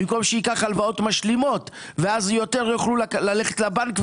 במקום שייקח הלוואות משלימות ואז יותר יוכלו ללכת לבנק,